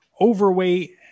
overweight